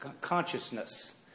consciousness